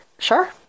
Sure